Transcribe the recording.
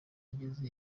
ageze